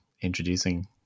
introducing